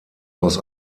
aus